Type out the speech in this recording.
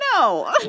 no